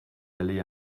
aller